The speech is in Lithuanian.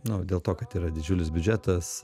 nu dėl to kad yra didžiulis biudžetas